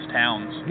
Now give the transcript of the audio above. towns